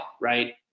right